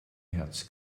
herz